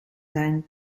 zijn